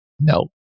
No